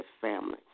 family